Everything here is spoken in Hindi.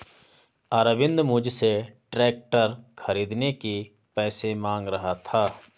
अरविंद मुझसे ट्रैक्टर खरीदने के पैसे मांग रहा था